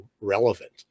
relevant